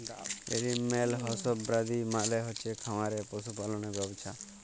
animal husbandry মালে হচ্ছে খামারে পশু পাললের ব্যবছা